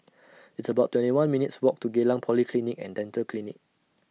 It's about twenty one minutes' Walk to Geylang Polyclinic and Dental Clinic